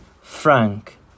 frank